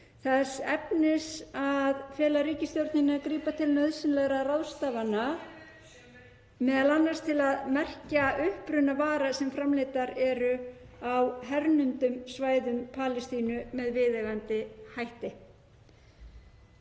þess efnis að fela ríkisstjórninni að grípa til nauðsynlegra ráðstafana m.a. til að merkja uppruna vara sem framleiddar eru á hernumdum svæðum Palestínu með viðeigandi hætti.